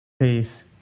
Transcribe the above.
Peace